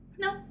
No